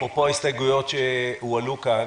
אפרופו ההסתייגויות שהועלו כאן,